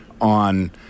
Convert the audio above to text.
on